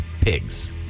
pigs